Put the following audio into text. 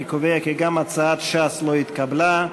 אני קובע כי גם הצעת ש"ס לא התקבלה.